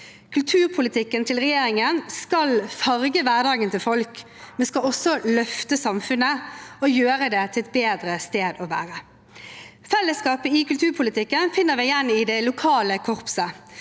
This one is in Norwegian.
Kulturpolitikken til regjeringen skal farge hverdagen til folk, men skal også løfte samfunnet og gjøre det til et bedre sted å være. Fellesskapet i kulturpolitikken finner vi igjen i det lokale korpset,